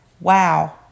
wow